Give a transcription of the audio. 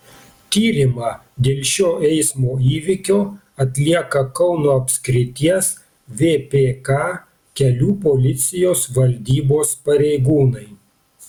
tyrimą dėl šio eismo įvykio atlieka kauno apskrities vpk kelių policijos valdybos pareigūnai